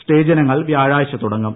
സ്റ്റേജിനങ്ങൾ വ്യാഴാഴ്ച തുടങ്ങും